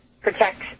protect